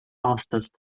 aastast